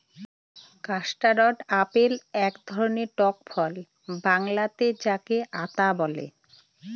custard apple এক ধরনের টক ফল বাংলাতে যাকে আঁতা বলে